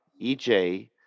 EJ